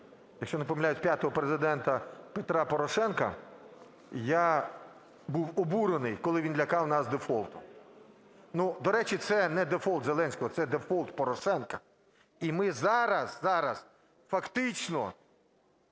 якщо не помиляюсь, п'ятого Президента Петра Порошенка я був обурений, коли він лякав нас дефолтом. До речі, це не дефолт Зеленського – це дефолт Порошенка. І ми зараз фактично